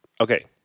Okay